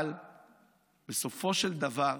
אבל בסופו של דבר,